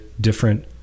different